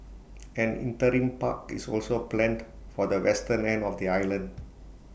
an interim park is also planned for the western end of the island